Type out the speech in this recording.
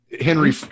Henry